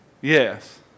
Yes